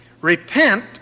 Repent